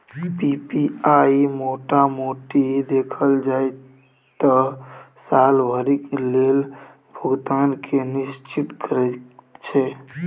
PPI मोटा मोटी देखल जाइ त साल भरिक लेल भुगतान केँ निश्चिंत करैत छै